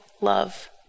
love